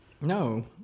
no